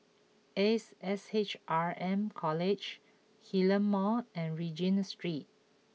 Ace S H R M College Hillion Mall and Regent Street